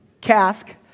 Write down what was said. cask